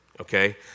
okay